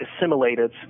assimilated